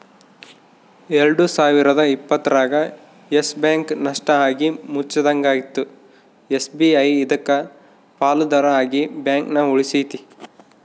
ಎಲ್ಡು ಸಾವಿರದ ಇಪ್ಪತ್ತರಾಗ ಯಸ್ ಬ್ಯಾಂಕ್ ನಷ್ಟ ಆಗಿ ಮುಚ್ಚಂಗಾಗಿತ್ತು ಎಸ್.ಬಿ.ಐ ಇದಕ್ಕ ಪಾಲುದಾರ ಆಗಿ ಬ್ಯಾಂಕನ ಉಳಿಸ್ತಿ